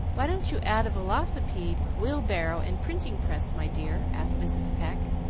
why don't you add a velocipede, wheelbarrow, and printing-press, my dear? asked mrs. pecq,